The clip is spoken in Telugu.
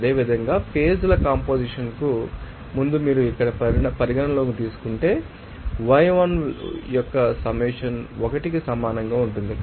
అదేవిధంగా ఫేజ్ ల కంపొజిషన్ కు ముందు మీరు ఇక్కడ పరిగణనలోకి తీసుకుంటే yi యొక్క సమ్మషన్ 1 కి సమానంగా ఉంటుంది